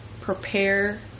Prepare